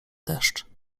deszcz